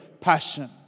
passion